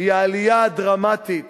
היא העלייה הדרמטית